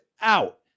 out